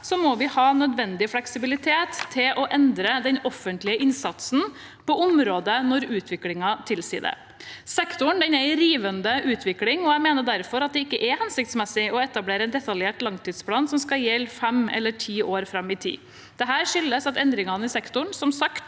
må vi ha nødvendig fleksibilitet til å endre den offentlige innsatsen på området når utviklingen tilsier det. Sektoren er i rivende utvikling, og jeg mener derfor at det ikke er hensiktsmessig å etablere en detaljert langtidsplan som skal gjelde fem eller ti år fram i tid. Dette skyldes at endringene i sektoren som sagt